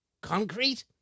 concrete